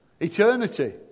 Eternity